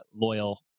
loyal